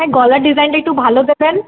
হ্যাঁ গলার ডিজাইনটা একটু ভালো দেবেন